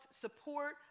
support